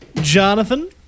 Jonathan